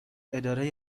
اداره